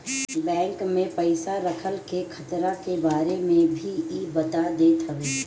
bank में पईसा रखला के खतरा के बारे में भी इ बता देत हवे